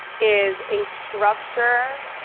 is a structure,